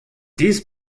dies